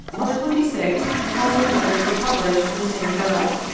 on the twenty sixth, the following letters were published in the same journal,